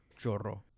chorro